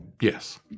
Yes